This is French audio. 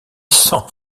cents